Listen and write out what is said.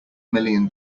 million